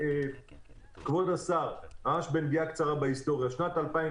כבוד השר, ממש בקצרה היסטוריה: בשנת 2009